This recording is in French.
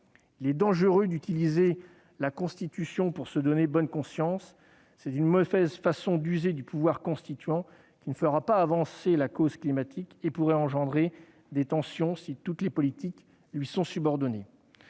Il est dangereux d'utiliser la Constitution pour se donner bonne conscience. C'est une mauvaise façon d'user du pouvoir constituant, qui ne fera pas avancer la cause climatique et pourrait engendrer des tensions si toutes les politiques lui sont subordonnées.